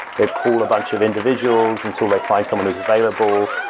they call a bunch of individuals until they find someone who's available.